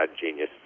genius